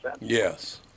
Yes